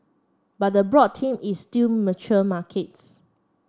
but the broad team is still mature markets